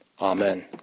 Amen